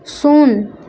ଶୂନ